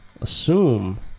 assume